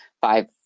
five